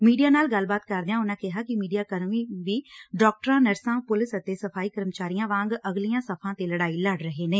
media ਨਾਲ ਗੱਲਬਾਤ ਕਰਦਿਆਂ ਉਨਾਂ ਕਿਹਾ ਕਿ ਮੀਡੀਆ ਕਰਮੀ ਵੀ ਡਾਕਟਰਾਂ ਨਰਸਾਂ ਪੁਲਿਸ ਅਤੇ ਸਫ਼ਾਈ ਕਰਮੀਆਂ ਵਾਂਗ ਅਗਲੀਆਂ ਸਫਾ ਤੇ ਲੜਾਈ ਲੜ ਰਹੇ ਨੇ